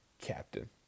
captain